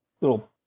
little